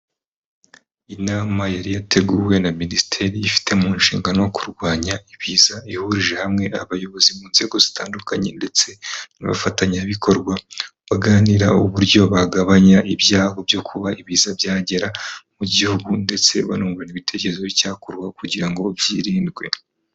Inama yari yateguwe na minisiteri ifite mu nshingano yo kurwanya ibiza ihurije hamwe abayobozi mu nzego zitandukanye ndetse n'abafatanyabikorwa baganira uburyo bagabanya ibyago byo kuba ibiza byagera mu gihugu ndetse banungurana ibitekerezo ku cyakorwa kugira ngo byirindwe.